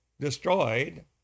destroyed